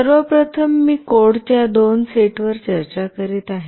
सर्व प्रथम मी कोडच्या दोन सेटवर चर्चा करीत आहे